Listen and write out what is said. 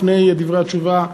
לפני דברי התשובה,